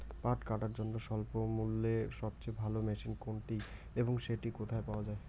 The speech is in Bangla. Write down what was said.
পাট কাটার জন্য স্বল্পমূল্যে সবচেয়ে ভালো মেশিন কোনটি এবং সেটি কোথায় পাওয়া য়ায়?